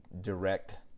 direct